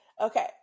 Okay